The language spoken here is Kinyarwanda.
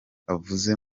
avuze